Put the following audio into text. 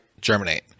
germinate